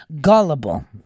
gullible